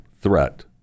threat